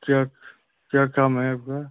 क्या क्या काम है आपका